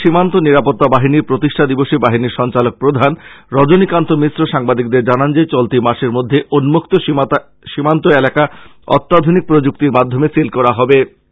গতকাল সীমান্ত নিরাপত্তা বাহনীর প্রতিষ্ঠা দিবসে বাহিনীর সঞ্চালক প্রধান রজনীকান্ত মিশ্র সাংবাদিকদের জানান যে চলতি মাসের মধ্যে উন্মুক্ত সীমান্ত এলাকা অত্যাধুনিক প্রযুক্তির মাধ্যমে সীল করা হবে